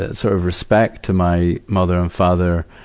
ah sort of respect to my mother and father,